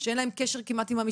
שאין להם קשר עם המשפחות.